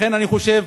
לכן, אני חושב,